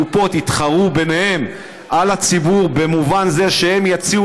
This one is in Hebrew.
הקופות יתחרו ביניהן על הציבור במובן זה שהן יציעו